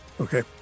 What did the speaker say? okay